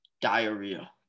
diarrhea